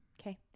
okay